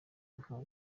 nka